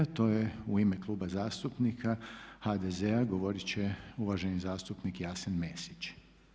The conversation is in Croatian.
To je u ime Kluba zastupnika HDZ-a govorit će uvaženi zastupnik Jasen Mesić.